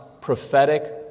prophetic